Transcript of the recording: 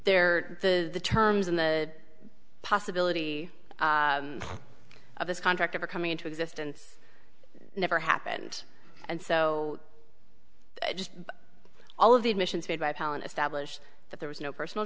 there are the terms and the possibility of this contract ever coming into existence never happened and so just all of the admissions made by palin establish that there was no personal